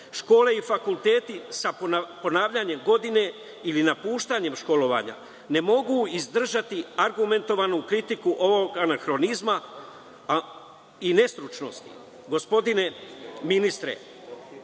i fakulteti sa ponavljanjem godine ili napuštanjem školovanja, ne mogu izdržati argumentovanu kritiku ovog anahronizma i nestručnosti. Gospodine